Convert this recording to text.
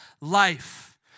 life